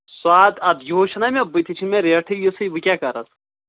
ساد اَتھ یِہُس چھُنہ مےٚ بٔتھِ چھِ مےٚ ریٹھٕے یِژھٕے بہٕ کیٛاہ کرٕ اَتھ